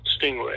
stingray